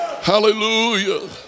Hallelujah